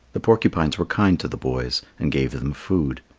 the porcupines were kind to the boys, and gave them food.